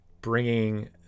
bringing